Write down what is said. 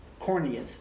corneas